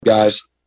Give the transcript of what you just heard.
guys